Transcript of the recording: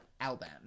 album